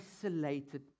isolated